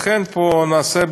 לכן פה נעשה,